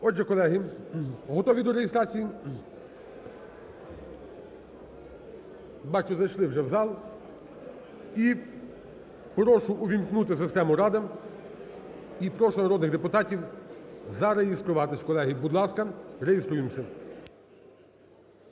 Отже, колеги, готові до реєстрації? Бачу, зайшли вже в зал. І прошу увімкнути систему "Рада". І прошу народних депутатів зареєструватися. Колеги, будь ласка, реєструємося.